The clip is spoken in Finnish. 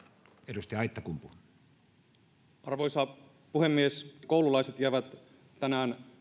arvoisa puhemies koululaiset jäävät tänään